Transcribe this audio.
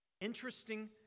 Interesting